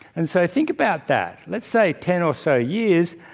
and so, think about that. let's say ten or so years,